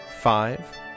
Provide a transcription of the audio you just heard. Five